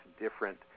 different